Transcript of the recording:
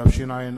התשס"ז 2007,